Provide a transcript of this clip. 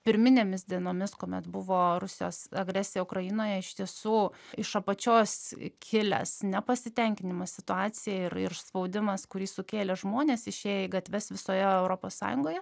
pirminėmis dienomis kuomet buvo rusijos agresija ukrainoje iš tiesų iš apačios kilęs nepasitenkinimas situacija ir it spaudimas kurį sukėlė žmonės išėję į gatves visoje europos sąjungoje